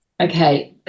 Okay